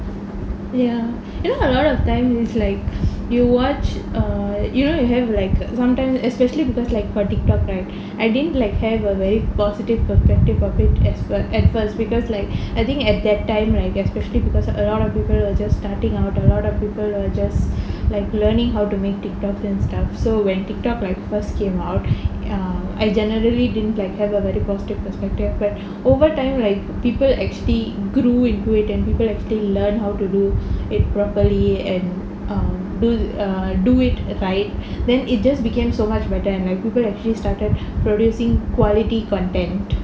ya you know a lot of times like you watch err you know you have like sometimes especially because like TikTok right I didn't like have a very positive perspective of it as well at first because like I think at that time right especially because a lot of people were just starting out a lot of people were just like learning how to make TikTok and stuff so when TikTok like first came out err I generally didn't have like a very positive perspective but over time like people actually grew into it and people actually learn how to do it properly and err do it right then it just became so much better and like people actually started producing quality content